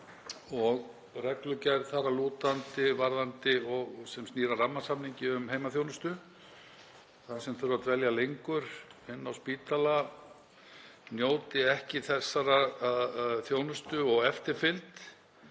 og reglugerð þar að lútandi sem snýr að rammasamningi um heimaþjónustu, að þær sem þurfa að dvelja lengur inni á spítala njóti ekki þessarar þjónustu og eftirfylgdar.